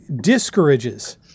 discourages